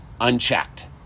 unchecked